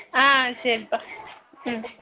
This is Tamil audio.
ஆ சரிப்பா ம்